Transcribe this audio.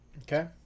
okay